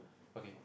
okay